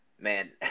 Man